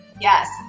yes